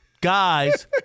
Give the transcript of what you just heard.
Guys